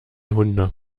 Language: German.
hunde